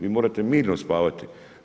Vi možete mirno spavati.